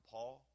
Paul